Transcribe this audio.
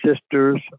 sisters